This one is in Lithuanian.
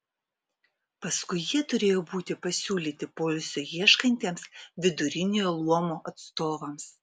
paskui jie turėjo būti pasiūlyti poilsio ieškantiems viduriniojo luomo atstovams